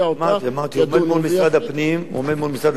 אמרתי, אמרתי, הוא עומד מול משרד הפנים.